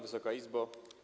Wysoka Izbo!